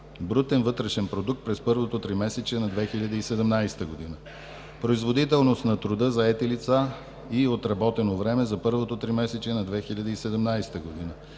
брутен вътрешен продукт през първото тримесечие на 2017 г.; производителност на труда; заети лица и отработено време за първото тримесечие на 2017 г.;